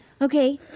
Okay